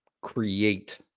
create